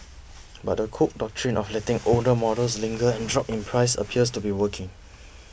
but the Cook Doctrine of letting older models linger and drop in price appears to be working